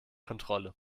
kontrolle